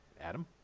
Adam